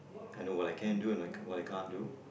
I know what I can do and what I can't do